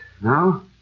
now